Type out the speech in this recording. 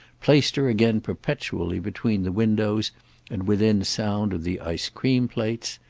placed her again perpetually between the windows and within sound of the ice-cream plates,